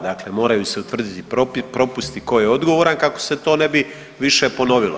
Dakle, moraju se utvrditi propusti tko je odgovoran kako se to ne bi više ponovilo.